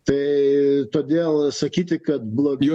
tai todėl sakyti kad blog